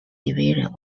division